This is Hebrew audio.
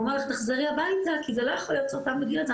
הוא אומר לך תחזרי הביתה כי זה לא יכול להיות סרטן בגיל הזה,